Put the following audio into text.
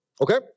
Okay